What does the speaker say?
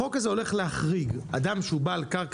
החוק הזה הולך להחריג אדם שהוא בעל קרקע